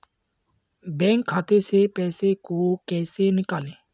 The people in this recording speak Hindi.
बैंक खाते से पैसे को कैसे निकालें?